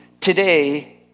today